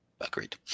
Agreed